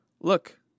look